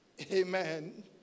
Amen